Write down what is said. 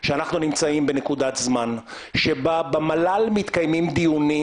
שאנחנו נמצאים בנקודת זמן שבה במל"ל מתקיימים דיונים